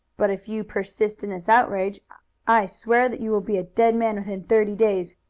but if you persist in this outrage i swear that you will be a dead man within thirty days.